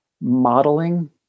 modeling